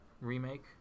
remake